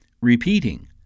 repeating